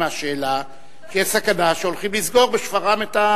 מהשאלה כי יש סכנה שהולכים לסגור בשפרעם את,